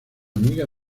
amiga